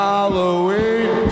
Halloween